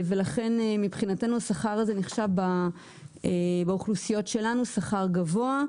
ולכן מבחינתנו השכר הזה נחשב באוכלוסיות שלנו שכר גבוה.